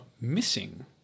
missing